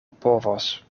povos